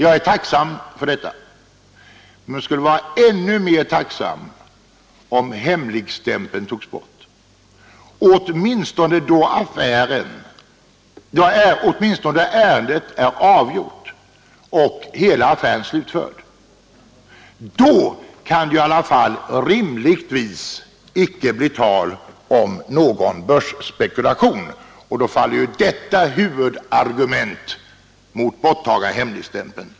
Jag är tacksam för detta, men skulle vara ännu mer tacksam om hemligstämpeln togs bort — åtminstone då ärendet är avgjort och affären slutförd. Då kan det ju icke rimligtvis bli tal om börsspekulation, och därmed faller huvudargumentet mot ett borttagande av hemligstämpeln.